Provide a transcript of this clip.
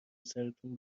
سرتون